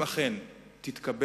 אם אכן תתקבל